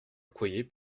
accoyer